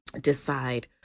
decide